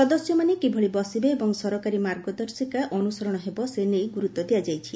ସଦସ୍ୟମାନେ କିଭଳି ବସିବେ ଏବଂ ସରକାରୀ ମାର୍ଗଦର୍ଶିକା ଅନୁସରଣ ହେବ ସେ ନେଇ ଗୁରୁତ୍ ଦିଆଯାଇଛି